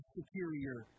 superior